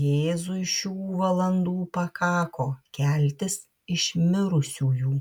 jėzui šių valandų pakako keltis iš mirusiųjų